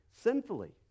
sinfully